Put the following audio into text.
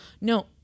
no